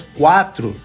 quatro